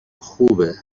خوبه